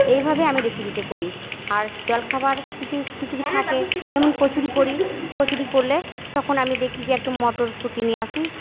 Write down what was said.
এইভাবে আমি রেসিপিটা করি আর জলখাবার কিছু কিছু থাকে যেমন কচুরি করি কচুরি করলে তখন আমি দেখি যে একটু মটরশুঁটি নিয়ে আসি